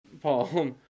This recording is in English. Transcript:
Paul